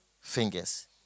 fingers